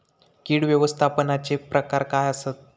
कीड व्यवस्थापनाचे प्रकार काय आसत?